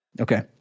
okay